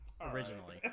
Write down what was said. originally